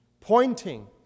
Pointing